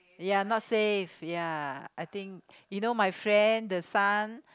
ya not safe ya I think you know my friend the son